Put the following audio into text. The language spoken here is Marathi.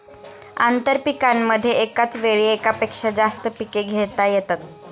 आंतरपीकांमध्ये एकाच वेळी एकापेक्षा जास्त पिके घेता येतात